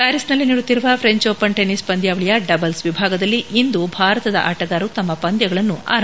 ಪ್ಯಾರಿಸ್ನಲ್ಲಿ ನಡೆಯುತ್ತಿರುವ French Open tennis ಪಂದ್ಯಾವಳಿಯ doubles ವಿಭಾಗದಲ್ಲಿ ಇಂದು ಭಾರತದ ಆಟಗಾರರು ತಮ್ಮ ಪಂದ್ಯಗಳನ್ನು ಆರಂಭಿಸಲಿದ್ದಾರೆ